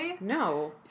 no